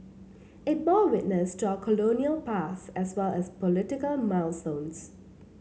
it bore witness to our colonial past as well as political milestones